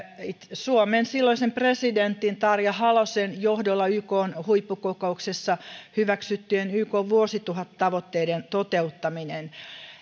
suomen silloisen presidentin tarja halosen johdolla ykn huippukokouksessa hyväksyttyjen ykn vuosituhattavoitteiden toteuttaminen